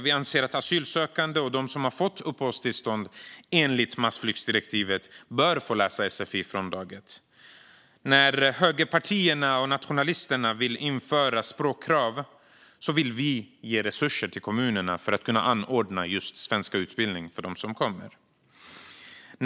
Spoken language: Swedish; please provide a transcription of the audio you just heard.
Vi anser att asylsökande och de som fått uppehållstillstånd enligt massflyktsdirektivet bör få rätt att läsa sfi från dag ett. När högerpartierna och nationalisterna vill införa språkkrav vill vi ge resurser till kommunerna för att de ska kunna anordna svenskutbildning för dem som kommer hit.